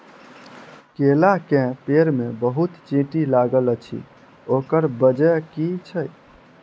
केला केँ पेड़ मे बहुत चींटी लागल अछि, ओकर बजय की छै?